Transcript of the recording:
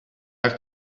have